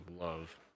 love